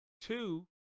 Two